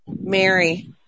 Mary